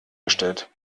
gestellt